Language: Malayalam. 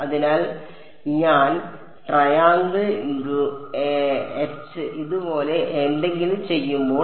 അതിനാൽ ഞാൻ ഇതുപോലെ എന്തെങ്കിലും ചെയ്യുമ്പോൾ